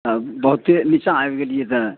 तब बहुते नीचाँ आबि गेलियै तऽ